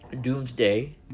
Doomsday